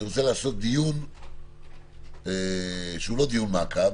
אני רוצה לעשות דיון שהוא לא דיון מעקב,